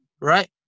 right